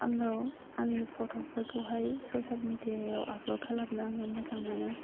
आङो आंनि फट'फोरखौहाय ससेल मेदिया याव आपलद खालामनो आङो मोजां मोनो